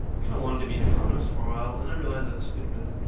come wanted to be an economist for a while and i realize that's stupid.